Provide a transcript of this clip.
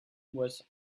was